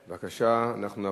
בבקשה, הצבעה.